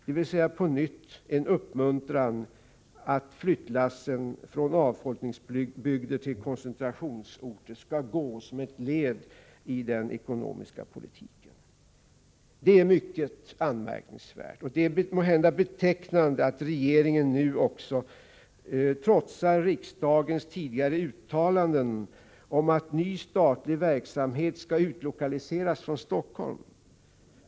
Det blir på nytt en uppmaning till att flyttlassen skall gå från avfolkningsbygder till koncentrationsorter, som ett led i den ekonomiska politiken. Detta är mycket anmärkningsvärt, och det är måhända betecknande att regeringen nu också trotsar riksdagens tidigare uttalanden om att ny statlig verksamhet skall utlokaliseras från Stockholm.